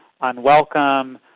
unwelcome